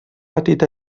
petit